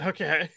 Okay